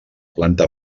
planta